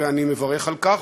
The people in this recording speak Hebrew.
ואני מברך על כך,